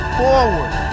forward